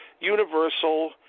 Universal